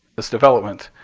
this development.